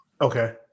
Okay